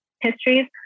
histories